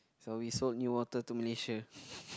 so we sold new water to Malaysia